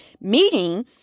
meeting